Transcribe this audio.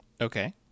Okay